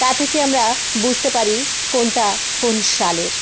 তা থেকে আমরা বুঝতে পারি কোনটা কোন সালের